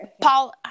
Paul